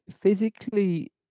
physically